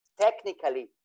technically